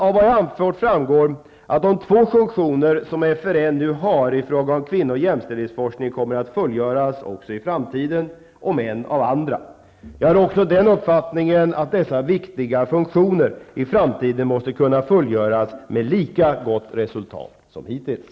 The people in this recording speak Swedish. Av vad jag anfört framgår att de två funktioner som FRN nu har i fråga om kvinno och jämställdhetsforskning kommer att fullgöras också i framtiden, om än av andra. Jag har också den uppfattningen att dessa viktiga funktioner i framtiden måste kunna fullgöras med lika gott resultat som hittills.